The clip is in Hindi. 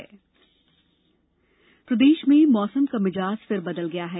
मौसम प्रदेश में मौसम का मिजाज फिर बदल गया है